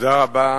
תודה רבה